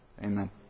Amen